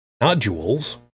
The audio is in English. nodules